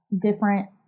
different